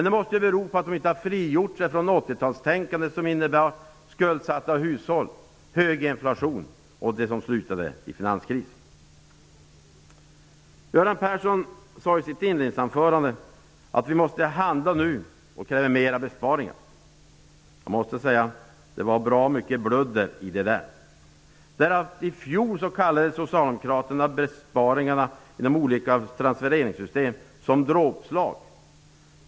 Det måste bero på att de inte har frigjort sig från 80-talstänkandet, som innebar skuldsatta hushåll, hög inflation och det som slutade med finanskrisen. Göran Persson sade i sitt inledningsanförande att vi måste handla nu, och han krävde mer besparingar. Jag måste säga att det var bra mycket bludder i det där. I fjol kallade ju Socialdemokraterna besparingarna i de olika transfereringssystemen för dråpslag.